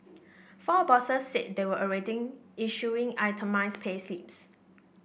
four bosses said they were already issuing itemised payslips